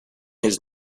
his